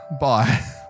bye